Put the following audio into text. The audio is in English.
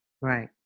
right